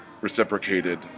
reciprocated